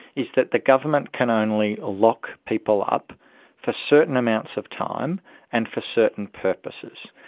is that the government can only lock people up for certain amounts of time and for certain purposes,